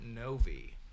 Novi